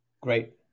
Great